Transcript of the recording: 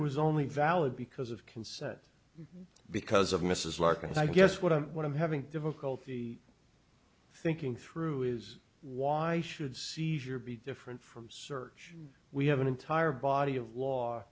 was only valid because of consent because of mrs larkins i guess what i'm one of having difficulty thinking through is why should seizure be different from search we have an entire body of law